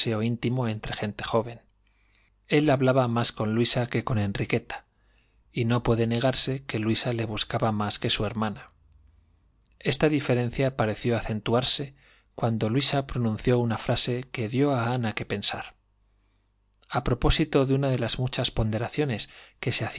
íntimo entre gente joven el hablaba más con luisa que con enriqueta y no puede negarse que luisa le buscaba más que su hermana esta diferencia pareció acentuarse cuando luisa pronunció una frase que dió a ana que pensar a propósito de una de las muchas ponderaciones que se hacían